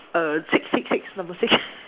uh six six six number six